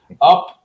up